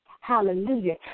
Hallelujah